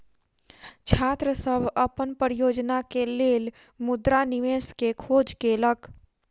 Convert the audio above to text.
छात्र सभ अपन परियोजना के लेल मुद्रा निवेश के खोज केलक